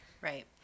Right